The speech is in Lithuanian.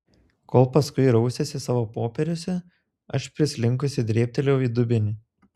kol paskui rausėsi savo popieriuose aš prislinkusi dėbtelėjau į dubenį